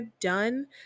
done